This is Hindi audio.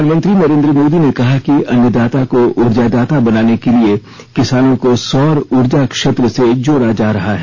प्रधानमंत्री नरेंद्र मोदी ने कहा कि अन्नदाता को ऊर्जादाता बनाने के लिए किसानों को सौर ऊर्जा क्षेत्र से जोड़ा जा रहा है